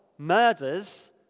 murders